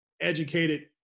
educated